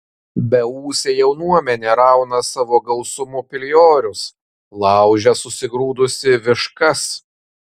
beūsė jaunuomenė rauna savo gausumu piliorius laužia susigrūdusi viškas